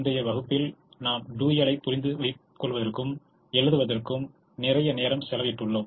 முந்தைய வகுப்புகளில் நாம் டூயலை புரிந்துகொள்வதற்கும் எழுதுவதற்கும் நிறைய நேரம் செலவிட்டுள்ளோம்